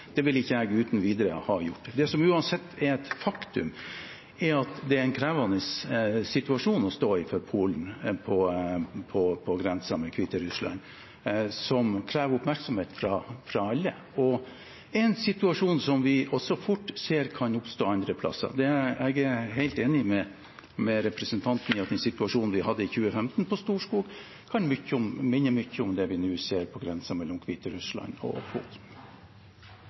det er det, det ville jeg ikke uten videre gjort. Det som uansett er et faktum, er at det er en krevende situasjon å stå i for Polen på grensen til Hviterussland, og den krever oppmerksomhet fra alle. Det er en situasjon som vi også ser fort kan oppstå andre plasser. Jeg er helt enig med representanten i at den situasjonen vi hadde i 2015 på Storskog, kan minne mye om det vi nå ser på grensen mellom Hviterussland og